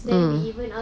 mm